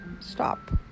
stop